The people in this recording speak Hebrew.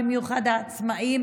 במיוחד העצמאים